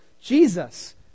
Jesus